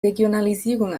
regionalisierung